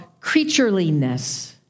creatureliness